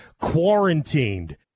quarantined